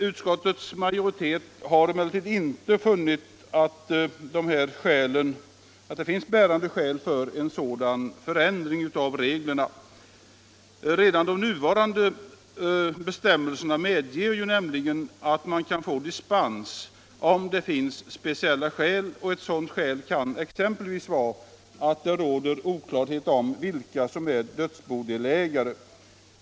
Utskottsmajoriteten har inte kunnat se att det finns något bärande skäl för en sådan förändring av reglerna. Redan de nuvarande bestämmelserna medger att man kan få dispens om det finns speciella skäl. Ett sådant skäl kan vara att det råder oklarhet om vilka som är dödsbodelägare.